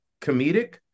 comedic